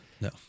no